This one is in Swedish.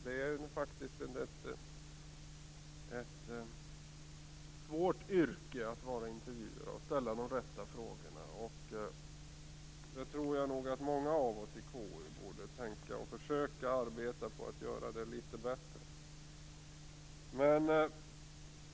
Det är faktiskt ett svårt yrke att vara intervjuare och ställa de rätta frågorna. Det tror jag att många av oss i konstitutionsutskottet borde tänka på och försöka arbeta för att göra det litet bättre.